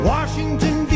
Washington